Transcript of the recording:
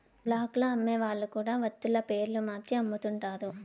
black లో అమ్మే వాళ్ళు కూడా వత్తుల పేర్లు మార్చి అమ్ముతుంటారు